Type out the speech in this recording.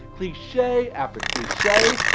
cliche after cliche,